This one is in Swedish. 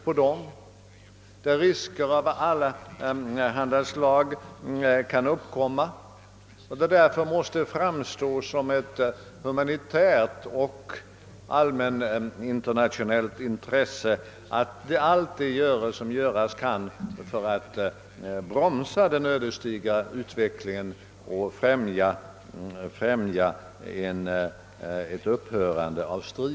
Det är ett fall där risker av allehanda slag uppkommer och där det därför måste framstå som ett humanitärt och allmänt internationellt intresse att allt göres som göras kan för att bromsa en ödesdiger utveckling och främja stridernas upphörande.